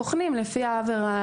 בצעם בוחנים לפי העבירה,